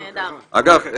אגב,